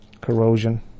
corrosion